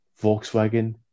Volkswagen